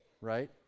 right